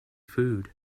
food